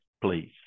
please